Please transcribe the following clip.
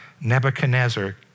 Nebuchadnezzar